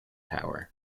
tower